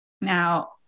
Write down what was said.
Now